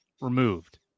removed